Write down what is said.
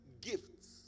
gifts